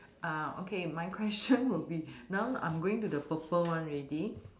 uh okay my question will be now I'm going to the purple one ready